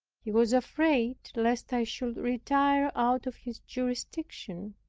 he was afraid lest i should retire out of his jurisdiction.